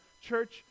church